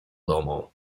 domu